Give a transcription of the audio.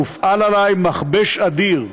מופעל עלי מכבש אדיר,